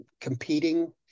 competing